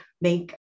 make